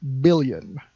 billion